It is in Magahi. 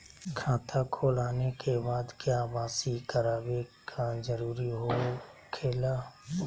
खाता खोल आने के बाद क्या बासी करावे का जरूरी हो खेला?